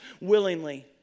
willingly